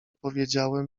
powiedziałem